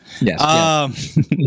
Yes